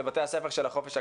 לבתי הספר של החופש הגדול.